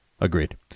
agreed